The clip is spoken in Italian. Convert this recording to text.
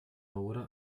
ora